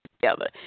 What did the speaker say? together